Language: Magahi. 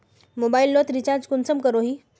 मोबाईल लोत रिचार्ज कुंसम करोही?